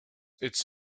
its